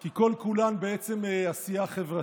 כי כל-כולן בעצם עשייה חברתית.